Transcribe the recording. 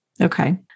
Okay